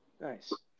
Nice